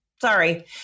Sorry